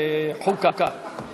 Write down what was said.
החוקה, חוק ומשפט